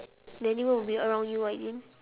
the animal will be around you I think